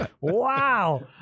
Wow